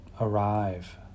arrive